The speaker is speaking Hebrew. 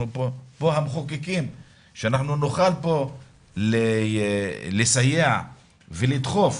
אנחנו פה המחוקקים וכדי שנוכל לסייע ולדחוף